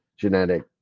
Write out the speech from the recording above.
genetic